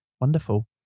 wonderful